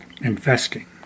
investing